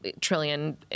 trillion